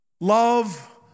Love